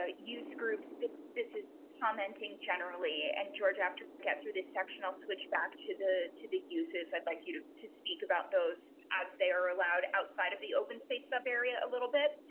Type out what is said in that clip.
ah use groups, this this is commenting generally and george after get through this section. i'll switch back to the to the uses. i'd like you to to speak about those as they are allowed outside of the open space, sub area a little bit.